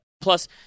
Plus